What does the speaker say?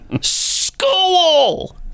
school